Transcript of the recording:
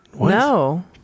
No